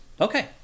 Okay